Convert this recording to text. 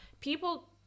people